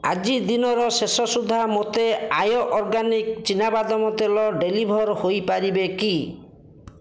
ଆଜି ଦିନର ଶେଷ ସୁଦ୍ଧା ମୋତେ ଆୟ ଅର୍ଗାନିକ୍ ଚିନାବାଦାମ ତେଲ ଡ଼େଲିଭର୍ ହୋଇ ପାରିବ କି